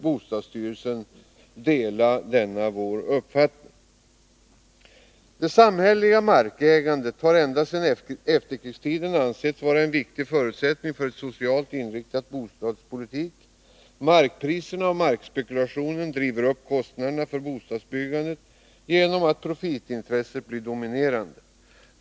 Bostadsstyrelsen tycks dela denna vår uppfattning. Det samhälleliga markägandet har ända sedan efterkrigstiden ansetts vara en viktig förutsättning för en socialt inriktad bostadspolitik. arkpriserna och markspekulationen driver upp kostnaderna för bostadsbyggandet genom att profitintresset blir dominerande.